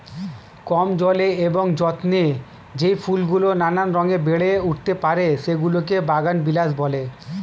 কম জলে এবং যত্নে যেই ফুলগুলো নানা রঙে বেড়ে উঠতে পারে, সেগুলোকে বাগানবিলাস বলে